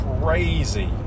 crazy